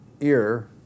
ear